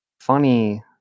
funny